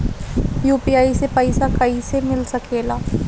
UPI से पइसा कईसे मिल सके ला?